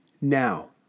now